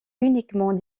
uniquement